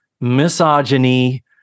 misogyny